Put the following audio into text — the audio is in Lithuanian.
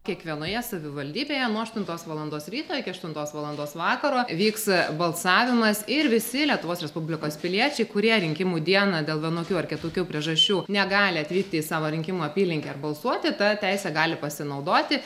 kiekvienoje savivaldybėje nuo aštuntos valandos ryto iki aštuntos valandos vakaro vyks balsavimas ir visi lietuvos respublikos piliečiai kurie rinkimų dieną dėl vienokių ar kitokių priežasčių negali atvykti į savo rinkimų apylinkę balsuoti ta teise gali pasinaudoti